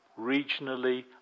regionally